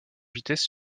vitesse